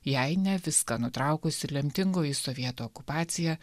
jei ne viską nutraukusi lemtingoji sovietų okupacija